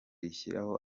rishyiraho